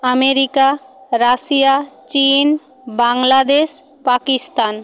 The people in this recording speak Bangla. আমেরিকা রাশিয়া চীন বাংলাদেশ পাকিস্তান